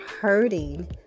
hurting